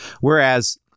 Whereas